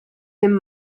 him